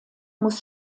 muss